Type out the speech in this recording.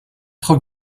frau